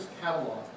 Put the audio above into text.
Catalog